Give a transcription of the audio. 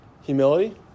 Humility